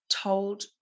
told